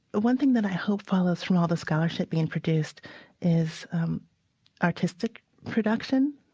one thing that i hope follows from all the scholarship being produced is artistic production,